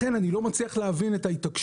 לכן אני לא מצליח להבין את ההתעקשות.